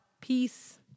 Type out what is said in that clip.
Peace